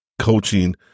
coaching